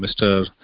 Mr